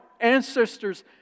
ancestors